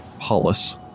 Hollis